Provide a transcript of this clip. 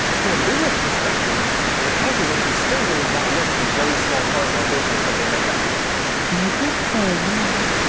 from a business perspective and the controversy certainly is not worth a very small part of our business that they make up and i did say you know what.